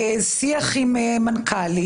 שיח עם מנכ"לים.